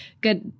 good